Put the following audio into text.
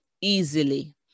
easily